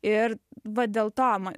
ir va dėl to ma